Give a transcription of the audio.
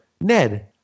ned